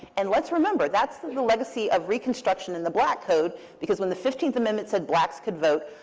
and let's remember, that's the legacy of reconstruction in the black code, because when the fifteenth amendment said blacks could vote,